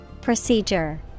Procedure